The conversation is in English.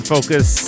Focus